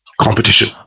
competition